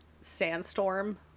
Sandstorm